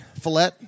fillet